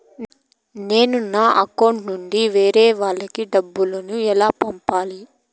నేను నా అకౌంట్ నుండి వేరే వాళ్ళకి డబ్బును ఎలా పంపాలి?